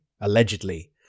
allegedly